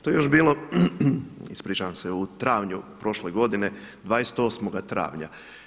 To je još bilo, ispričavam se, u travnju prošle godine, 28. travnja.